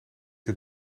het